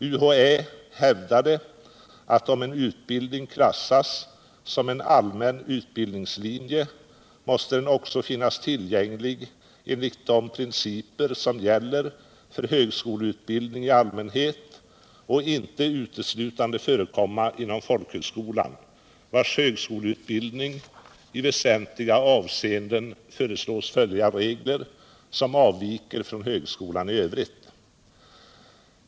UHÄ hävdade att om en utbildning klassas som en allmän utbildningslinje måste den också finnas tillgänglig enligt de principer som gäller för högskoleutbildning i allmänhet och inte uteslutande förekomma inom folkhögskolan, vars högskoleutbildning i väsentliga avseenden föreslås följa regler som avviker från högskolan i övrigt.